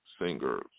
singers